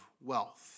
wealth